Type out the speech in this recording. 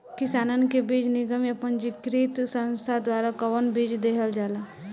किसानन के बीज निगम या पंजीकृत संस्था द्वारा कवन बीज देहल जाला?